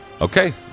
Okay